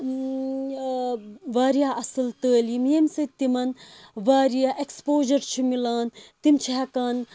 وارِیاہ اَصٕل تعلیم ییٚمہِ سٍتۍ تِمَن وارِیاہ ایٚکسپوجَر چھ میلان تِم چھِ ہٮ۪کان